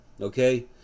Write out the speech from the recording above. okay